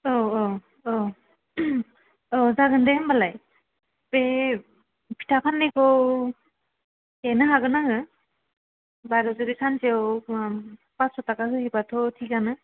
औ औ औ औ जागोन दे होमबालाय बे फिथा फान्नायखौ देनो हागोन आङो बारु जुदि सानसेयाव पास्स' ताका होयोबाथ' थिकानो